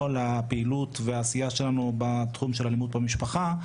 הפעילות והעשייה שלנו בתחום של אלימות במשפחה.